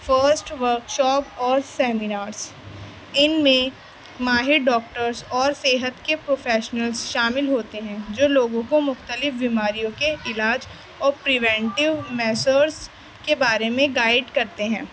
first workshop اور seminars ان میں ماہر ڈاکٹرس اور صحت کے پروفیشنلز شامل ہوتے ہیں جو لوگوں کو مختلف بیماریوں کے علاج اور پریونٹیو میسورس کے بارے میں گائڈ کرتے ہیں